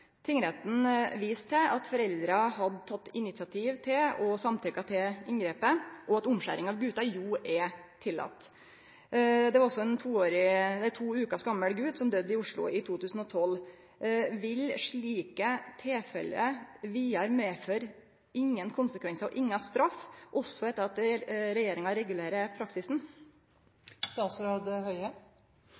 Tingretten viste til at foreldra hadde teke initiativ til og samtykt til inngrepet, og at omskjering av gutar jo er tillaten. Og ein to veker gamal gut døydde i Oslo i 2012. Vil slike tilfelle vidare ikkje medføre korkje konsekvensar eller straff – heller ikkje etter at regjeringa regulerer praksisen?